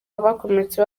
abakomeretse